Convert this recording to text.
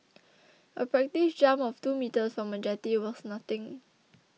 a practice jump of two metres from a jetty was nothing